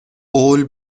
قول